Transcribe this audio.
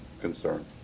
concern